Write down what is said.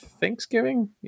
Thanksgiving